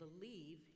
believe